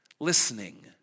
listening